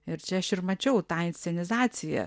ir čia ir mačiau tą inscenizaciją